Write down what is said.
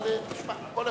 אבל, תשמע, כל אחד,